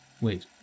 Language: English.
Wait